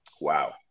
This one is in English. Wow